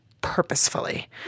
purposefully